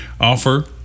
offer